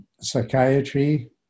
psychiatry